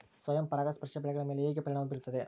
ಸ್ವಯಂ ಪರಾಗಸ್ಪರ್ಶ ಬೆಳೆಗಳ ಮೇಲೆ ಹೇಗೆ ಪರಿಣಾಮ ಬೇರುತ್ತದೆ?